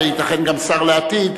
וייתכן גם שר לעתיד,